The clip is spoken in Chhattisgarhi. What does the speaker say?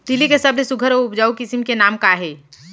तिलि के सबले सुघ्घर अऊ उपजाऊ किसिम के नाम का हे?